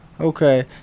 okay